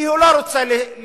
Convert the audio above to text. כי הוא לא רוצה להסכים